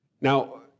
Now